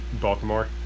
Baltimore